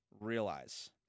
realize